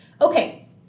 Okay